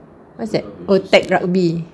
what's that oo tag rugby